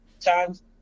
times